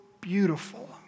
beautiful